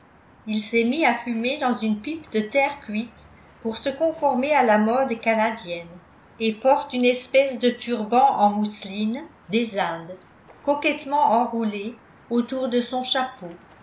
il s'est mis à fumer dans une pipe de terre cuite pour se conformer à la mode canadienne et porte une espèce de turban en mousseline des indes coquettement enroulé autour de son chapeau